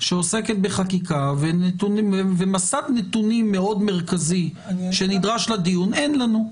שעוסקת בחקיקה ומסד נתונים מאוד מרכזי שנדרש לדיון אין לנו.